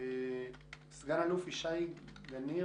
סא"ל ישי גניר.